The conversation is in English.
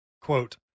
quote